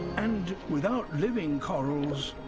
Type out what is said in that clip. and without living corals,